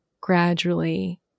gradually